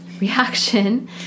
reaction